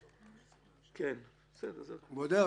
כבודו,